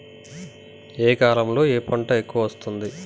ఏ కాలంలో ఏ పంట ఎక్కువ వస్తోంది?